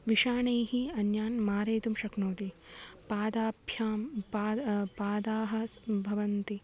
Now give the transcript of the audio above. विषाणैः अन्यान् मारयितुं शक्नोति पादाभ्यां पाद पादाः स् भवन्ति